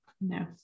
no